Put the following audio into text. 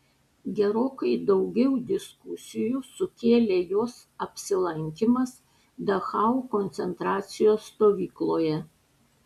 gerokai daugiau diskusijų sukėlė jos apsilankymas dachau koncentracijos stovykloje